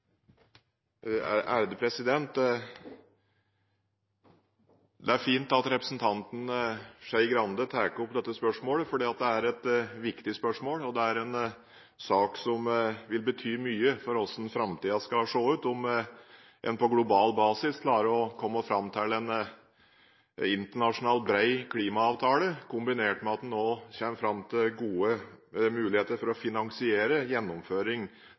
Det er fint at representanten Skei Grande tar opp dette spørsmålet. Det er et viktig spørsmål, og det er en sak som vil bety mye for hvordan framtiden skal se ut, og om en på global basis klarer å komme fram til en internasjonal bred klimaavtale kombinert med at man også kommer fram til gode muligheter for å finansiere gjennomføring